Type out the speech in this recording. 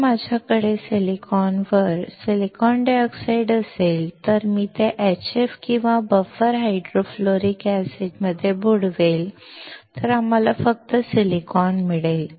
जर माझ्याकडे सिलिकॉनवर सिलिकॉन डायऑक्साइड असेल आणि मी ते HF किंवा बफर हायड्रोफ्लोरिक ऍसिडमध्ये बुडवले तर आम्हाला फक्त सिलिकॉन मिळेल